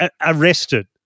arrested